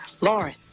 lauren